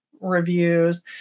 reviews